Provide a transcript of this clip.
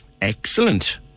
Excellent